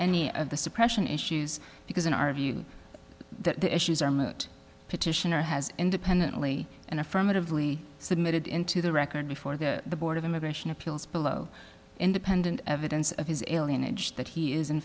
any of the suppression issues because in our view that the issues are minute petitioner has independently and affirmatively submitted into the record before the board of immigration appeals below independent evidence of his alien age that he is in